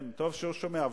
טוב שהוא שומע.